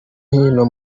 hino